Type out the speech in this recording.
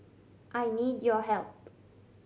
I need your help